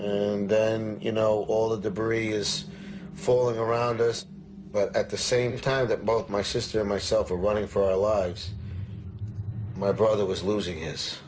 and then you know all the debris is fall around us but at the same time that both my sister and myself are running for our lives my brother was losing is